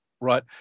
right